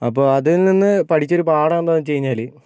അപ്പോൾ അതിൽ നിന്ന് പഠിച്ചൊരു പാഠം എന്താണെന്ന് വെച്ച് കഴിഞ്ഞാൽ